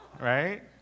right